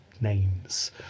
names